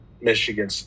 Michigan